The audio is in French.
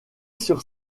sur